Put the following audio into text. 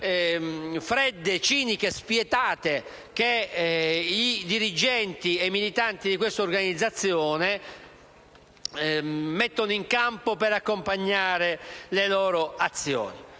fredde, ciniche e spietate, che i dirigenti e i militanti di questa organizzazione mettono in campo per accompagnare le loro azioni.